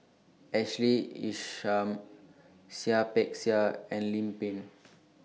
Ashley Isham Seah Peck Seah and Lim Pin